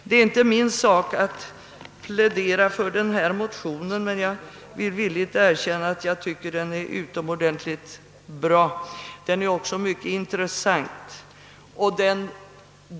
Det är inte min sak att plädera för dessa motioner, men jag skall villigt erkänna att de är mycket intressanta.